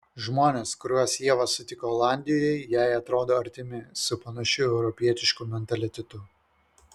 žmonės kuriuos ieva sutiko olandijoje jai atrodo artimi su panašiu europietišku mentalitetu